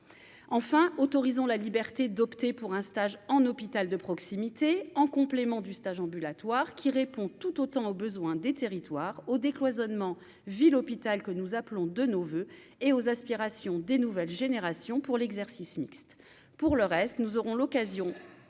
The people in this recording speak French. enfin, autorisant la liberté d'opter pour un stage en hôpital de proximité, en complément du stage ambulatoire qui répond tout autant aux besoins des territoires au décloisonnement ville hôpital que nous appelons de nos voeux et aux aspirations des nouvelles générations pour l'exercice mixte pour le reste, nous aurons l'occasion